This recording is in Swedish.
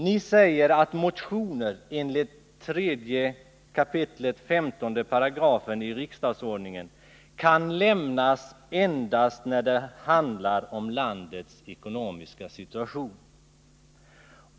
Ni säger att motioner enligt 3 kap. 15 §i riksdagsordningen endast kan lämnas när det handlar om landets ekonomiska situation.